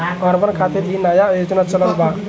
urban खातिर इ नया योजना चलल बा